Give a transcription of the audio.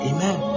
Amen